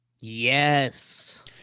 Yes